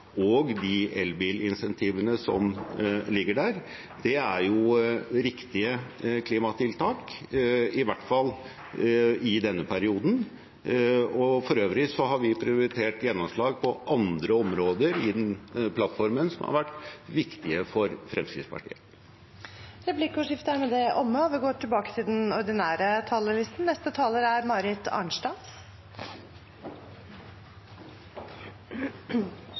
og de elbilinsentivene som ligger der, er riktige klimatiltak – i hvert fall i denne perioden. For øvrig har vi prioritert gjennomslag på andre områder i den plattformen som har vært viktige for Fremskrittspartiet. Replikkordskiftet er omme. Vi debatterer i dag erklæringen til en flertallsregjering. Det er det grunn til å gratulere statsministeren med. Jeg kan love at Senterpartiet skal være en stødig og